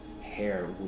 hair